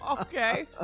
okay